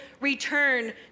return